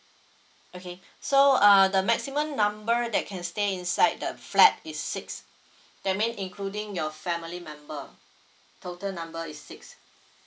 okay so uh the maximum number that can stay inside the flat is six that mean including your family member total number is six